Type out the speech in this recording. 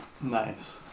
nice